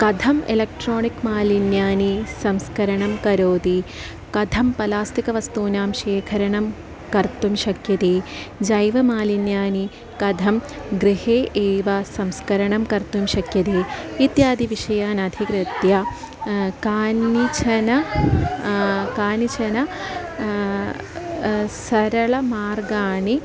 कथम् एलेक्ट्रानिक् मालिन्यानां संस्करणं करोति कथं प्लास्टिकवस्तूनां शेखरणं कर्तुं शक्यते जैवमालिन्यानि कथं गृहे एव संस्करणं कर्तुं शक्यते इत्यादि विषयान् अधिकृत्य कानिचन कानिचन सरलमार्गानि